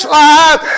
life